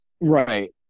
right